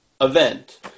event